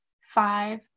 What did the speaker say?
five